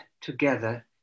together